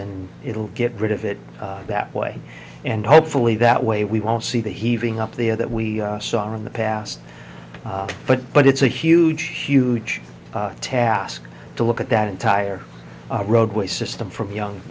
and it will get rid of it that way and hopefully that way we won't see that heaving up the or that we saw in the past but but it's a huge huge task to look at that entire roadway system from young